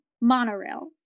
monorail